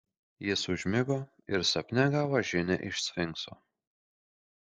jis užmigo ir sapne gavo žinią iš sfinkso